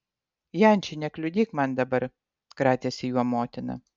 janči nekliudyk man dabar kratėsi juo motina